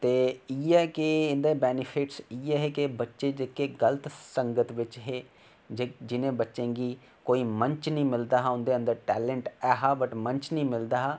ते इ'यै के इं'दा बेनीफिटस इ'यै है कि बच्चे जेह्के गलत सगंत बिच्च हे जिन्हे बच्चे गी कोई मंच नेईं मिलदा हा उंदे अंदर टेलैंन्ट ऐ हा बट मंच नेईं मिलदा हा